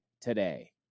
today